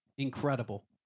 Incredible